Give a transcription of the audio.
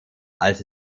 als